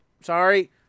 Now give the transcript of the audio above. Sorry